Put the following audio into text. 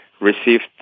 received